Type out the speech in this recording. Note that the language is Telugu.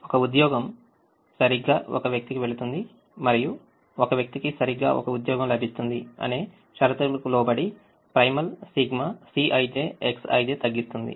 ఒక ఉద్యోగం సరిగ్గా ఒక వ్యక్తికివెళుతుంది మరియు ఒక వ్యక్తికి సరిగ్గా ఒక ఉద్యోగం లభిస్తుంది అనే షరతులకు లోబడి ప్రైమల్ సిగ్మా CijXij తగ్గిస్తుంది